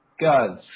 guys